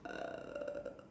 err